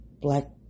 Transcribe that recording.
black